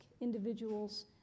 individuals